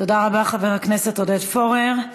תודה רבה, חבר הכנסת עודד פורר.